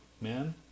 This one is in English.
man